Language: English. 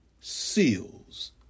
seals